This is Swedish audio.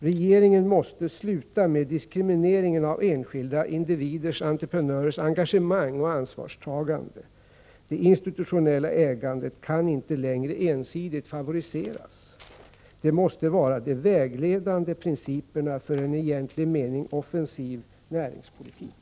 Regeringen måste sluta med diskrimineringen av enskilda individers/entreprenörers engagemang och ansvarstagande. Det institutionella ägandet kan inte längre ensidigt favoriseras. Det måste vara de vägledande principerna för en i egentlig mening offensiv näringspolitik.